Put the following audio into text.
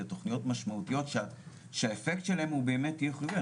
זה תכניות משמעותיות שהאפקט שלהן באמת יהיה חיובי.